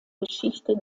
geschichte